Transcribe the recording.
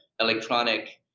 electronic